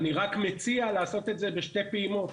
אני רק מציע לעשות את זה בשתי פעימות.